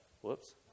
Whoops